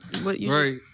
Right